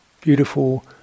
beautiful